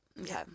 Okay